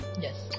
Yes